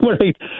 Right